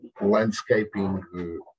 landscaping